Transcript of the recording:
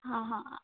हां हां